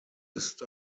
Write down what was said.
ist